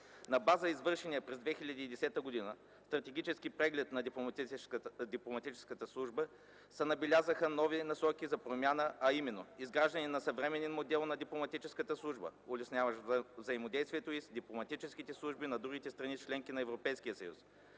На база извършения през 2010 г. Стратегически преглед на Дипломатическата служба се набелязаха нови насоки за промяна, а именно: изграждане на съвременен модел на Дипломатическата служба, улесняващ взаимодействието й с дипломатическите служби на другите страни – членки на Европейския съюз;